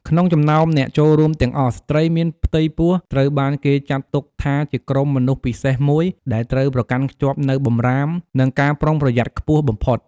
ក្នុងចំណោមអ្នកចូលរួមទាំងអស់ ស្ត្រីមានផ្ទៃពោះត្រូវបានគេចាត់ទុកថាជាក្រុមមនុស្សពិសេសមួយ ដែលត្រូវប្រកាន់ខ្ជាប់នូវបម្រាម និងការប្រុងប្រយ័ត្នខ្ពស់បំផុត។